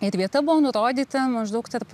ir vieta buvo nurodyta maždaug tarp